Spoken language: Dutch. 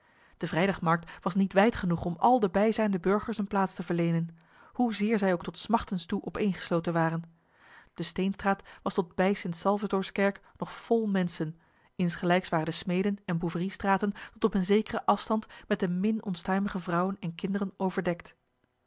de vrijdagmarkt was niet wijd genoeg om al de bijzijnde burgers een plaats te verlenen hoezeer zij ook tot smachtens toe opeengesloten waren de steenstraat was tot bij st salvatorskerk nog vol mensen insgelijks waren de smeden en boeveriestraten tot op een zekere afstand met de min onstuimige vrouwen en kinderen overdekt